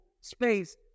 space